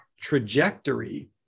trajectory